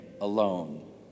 alone